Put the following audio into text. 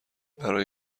برای